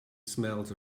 smells